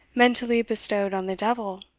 mentally bestowed on the devil,